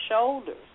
shoulders